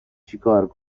چیکار